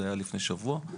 זה היה לפני שבוע.